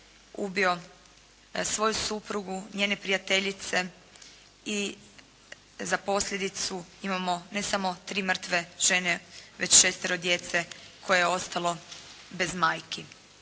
ubio svoju suprugu, njene prijateljice i za posljedicu imamo ne samo tri mrtve žene već šestero djece koje je ostalo bez majki.